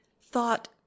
thought